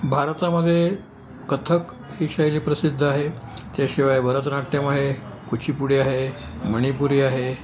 भारतामध्ये कथक ही शैली प्रसिद्ध आहे त्याशिवाय भरतनाट्यम आहे कुचीपुडी आहे मणिपुरी आहे